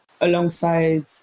alongside